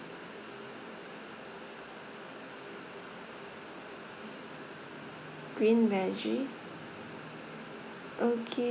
green veggie okay